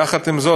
יחד עם זאת,